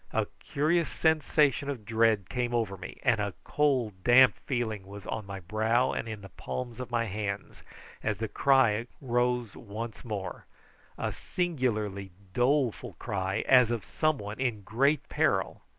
a curious sensation of dread came over me, and a cold damp feeling was on my brow and in the palms of my hands as the cry rose once more a singularly doleful cry, as of some one in great peril.